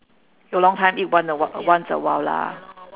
you long time eat one uh once a while lah